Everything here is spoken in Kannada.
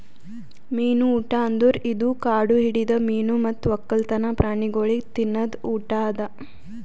ಮೀನು ಊಟ ಅಂದುರ್ ಇದು ಕಾಡು ಹಿಡಿದ ಮೀನು ಮತ್ತ್ ಒಕ್ಕಲ್ತನ ಪ್ರಾಣಿಗೊಳಿಗ್ ತಿನದ್ ಊಟ ಅದಾ